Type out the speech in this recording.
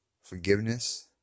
forgiveness